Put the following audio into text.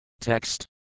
Text